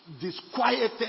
disquieted